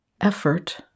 effort